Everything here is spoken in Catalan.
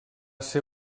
ser